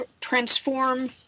transform